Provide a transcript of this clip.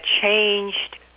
changed